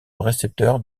récepteur